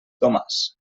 domàs